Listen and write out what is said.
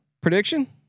prediction